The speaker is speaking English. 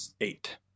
eight